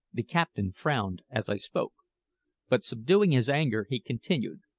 the captain frowned as i spoke but, subduing his anger, he continued,